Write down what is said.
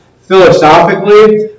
philosophically